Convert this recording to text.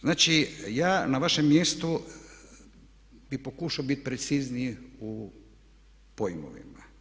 Znači ja na vašem mjestu bi pokušao biti precizniji u pojmovima.